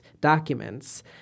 documents